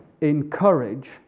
encourage